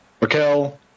Raquel